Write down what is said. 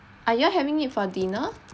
are you all having it for dinner